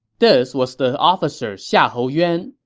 this was the officer xiahou yuan.